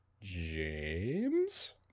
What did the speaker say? James